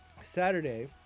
Saturday